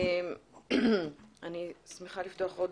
אני מתכבדת לפתוח את